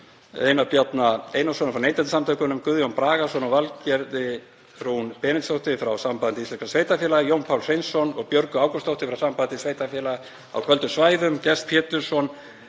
Einar Bjarna Einarsson frá Neytendasamtökunum, Guðjón Bragason og Valgerði Rún Benediktsdóttur frá Sambandi íslenskra sveitarfélaga, Jón Pál Hreinsson og Björgu Ágústsdóttur frá Sambandi sveitarfélaga á köldum svæðum, Gest Pétursson